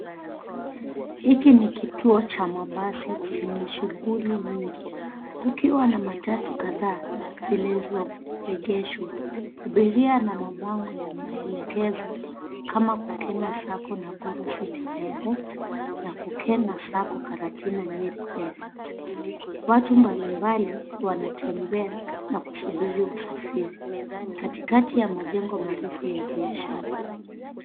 Hiki ni kituo cha mabasi chenye shughuli nyingi kukiwa na matatu kadhaa zilizoegeshwa. Abiria na mabango ya maelekezo kama Kukena sacco Nakuru city direct na Kukena Sacco Karatina Nyeri direct. Watu mbalimbali wanatembea na kusubiri usafiri katikati ya majengo marefu ya biashara.